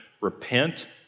repent